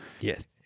yes